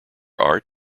art